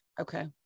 Okay